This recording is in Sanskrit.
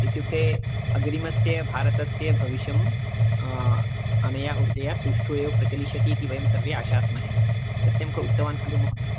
इत्युक्ते अग्रिमस्य भारतस्य भविष्यं अनया ऊर्जया सुष्ठु एव प्रचलिष्यतीति वयं सर्वे आशास्महे सत्यं क उक्तवान् खलु महोदय